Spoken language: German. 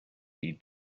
die